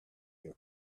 your